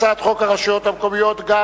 הצעת חוק הרשויות המקומיות (ביטול איחוד המועצות